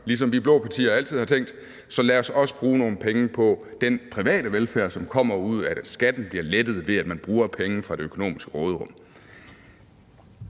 ligesom de blå partier altid har tænkt – så lad os også bruge nogle penge på den private velfærd, som kommer ud af, at skatten bliver lettet, ved at man bruger penge fra det økonomiske råderum.